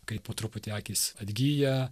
kai po truputį akys atgyja